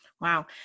wow